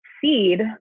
seed